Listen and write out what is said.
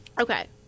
okay